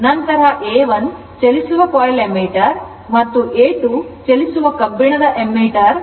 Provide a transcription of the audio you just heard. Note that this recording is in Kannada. ನಂತರ A 1 ಚಲಿಸುವ coil ammeter ಮತ್ತು A 2 ಚಲಿಸುವ ಕಬ್ಬಿಣದ ammeter ಆಗಿದೆ